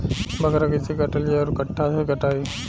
बाकला कईसे काटल जाई औरो कट्ठा से कटाई?